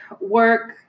work